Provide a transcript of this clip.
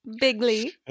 Bigly